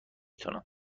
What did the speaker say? تونم